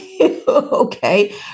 Okay